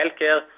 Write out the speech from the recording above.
healthcare